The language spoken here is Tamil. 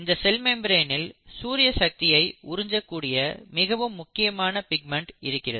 இந்த செல் மெம்பிரேனில் சூரிய சக்தியை உறிஞ்சக் கூடிய மிகவும் முக்கியமான பிக்மென்ட் இருக்கிறது